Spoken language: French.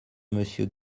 monsieur